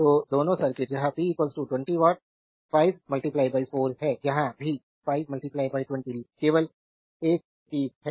तो दोनों सर्किट यह p 20 वाट 5 4 है यहां भी 5 20 केवल एक चीज है